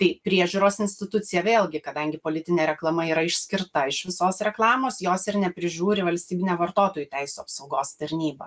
tai priežiūros institucija vėlgi kadangi politinė reklama yra išskirta iš visos reklamos jos ir neprižiūri valstybinė vartotojų teisių apsaugos tarnyba